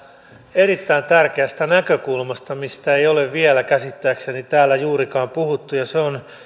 erittäin tärkeästä näkökulmasta mistä ei ole vielä käsittääkseni täällä juurikaan puhuttu ja se on